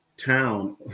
Town